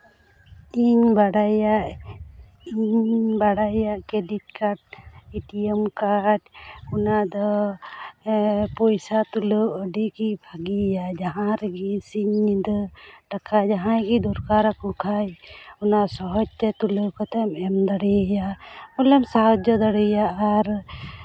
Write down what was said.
ᱤᱧᱤᱧ ᱵᱟᱰᱟᱭᱟ ᱤᱧ ᱵᱟᱲᱟᱭᱟ ᱠᱨᱮᱹᱰᱤᱴ ᱠᱟᱨᱰ ᱮᱴᱤᱮᱢ ᱠᱟᱨᱰ ᱚᱱᱟ ᱫᱚ ᱯᱚᱭᱥᱟ ᱛᱩᱞᱟᱹᱣ ᱟᱹᱰᱤᱜᱮ ᱵᱷᱟᱹᱜᱤᱭᱟ ᱡᱟᱦᱟᱸ ᱨᱮᱜᱮ ᱥᱤᱧ ᱧᱤᱫᱟᱹ ᱴᱟᱠᱟ ᱡᱟᱦᱟᱸᱭ ᱜᱮ ᱫᱚᱨᱠᱟᱨ ᱟᱠᱚ ᱠᱷᱟᱱ ᱚᱱᱟ ᱥᱚᱦᱚᱡᱽ ᱛᱮ ᱛᱩᱞᱟᱹᱣ ᱠᱟᱛᱮᱫ ᱮᱢ ᱮᱢᱫᱟᱲᱮᱣᱟᱭᱟ ᱯᱟᱞᱮᱢ ᱥᱟᱦᱟᱡᱽᱡᱚ ᱫᱟᱲᱮᱭᱟᱭᱟ ᱟᱨ